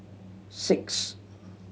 six